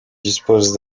disposent